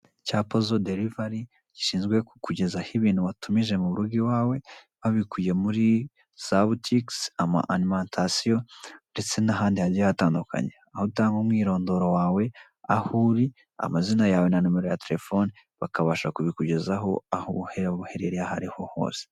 Cya pozo derivari gishinzwe kukugezaho ibintu watumije mu rugo iwawe babikuye muri za butikisi, ama alimantasiyo ndetse n'ahandi hagiye hatandukanye. Aho utanga umwirondoro wawe, aho uri, amazina yawe na nimero ya telefone bakabasha kubikugezaho